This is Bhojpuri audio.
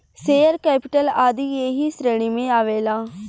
शेयर कैपिटल आदी ऐही श्रेणी में आवेला